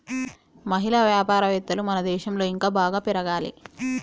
మహిళా వ్యాపారవేత్తలు మన దేశంలో ఇంకా బాగా పెరగాలి